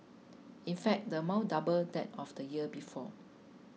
in fact the amount doubled that of the year before